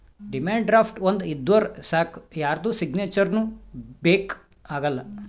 demand draft ಒಂದ್ ಇದ್ದೂರ್ ಸಾಕ್ ಯಾರ್ದು ಸಿಗ್ನೇಚರ್ನೂ ಬೇಕ್ ಆಗಲ್ಲ